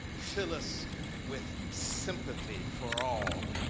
fill us with sympathy for all.